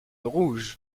rouge